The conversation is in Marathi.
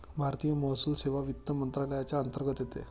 भारतीय महसूल सेवा वित्त मंत्रालयाच्या अंतर्गत येते